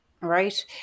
Right